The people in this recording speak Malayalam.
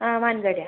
ആ മാനന്തവാടിയാണ്